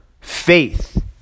faith